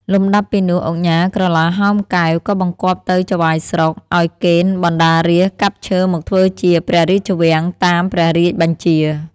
លំដាប់ពីនោះ ឧកញ៉ាក្រឡាហោម កែវ ក៏បង្គាប់ទៅចៅហ្វាយស្រុក ឲ្យកេណ្ឌបណ្ដារាស្ត្រកាប់ឈើមកធ្វើជាព្រះរាជវាំង តាមព្រះរាជបញ្ជា ។